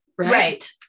Right